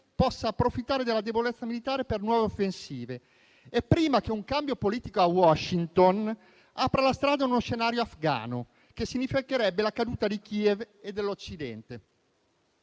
possa approfittare della debolezza militare per nuove offensive e prima che un cambio politico a Washington apra la strada a uno scenario afgano, che significherebbe la caduta di Kiev e dell'Occidente.